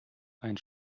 ein